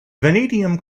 vanadium